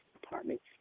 departments